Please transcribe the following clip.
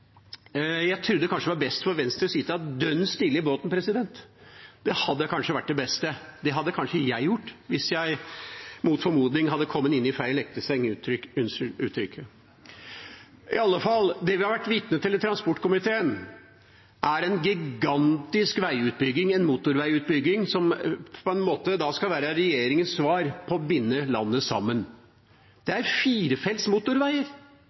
Jeg hadde kanskje trodd at det var best for Venstre å sitte dønn stille i båten. Det hadde kanskje vært det beste. Det hadde kanskje jeg gjort hvis jeg, mot formodning, hadde kommet opp i feil ekteseng – unnskyld uttrykket. I alle fall: Det vi har vært vitne til i transportkomiteen, er en gigantisk motorveiutbygging som på en måte skal være regjeringas svar på å binde landet sammen. Det er firefelts motorveier